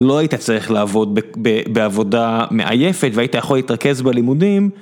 לא היית צריך לעבוד בעבודה מעייפת והיית יכול להתרכז בלימודים.